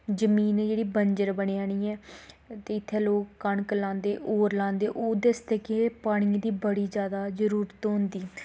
जमीन ऐ जेह्ड़ी बंजर बनी जानी ऐ ते इत्थें लोक कनक लांदे होर लांदे ओह्दे आस्तै के पानियै दी बड़ी जादा जरूरत होंदी ऐ